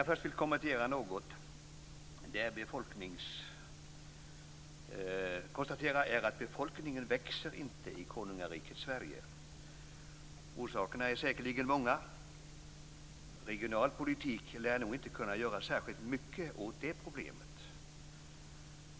Fru talman! Det jag först vill konstatera är att befolkningen inte växer i konungariket Sverige. Orsakerna är säkerligen många. Regional politik lär nog inte kunna göra särskilt mycket åt det problemet.